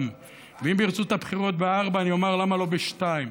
ואם ירצו את הבחירות ב-04:00 אני אומר: למה לא ב-02:00?